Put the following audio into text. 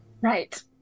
Right